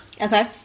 okay